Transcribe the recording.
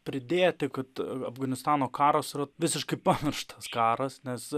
pridėti kad afganistano karas visiškai pamirštas karas nes